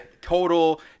total